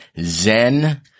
Zen